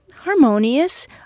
harmonious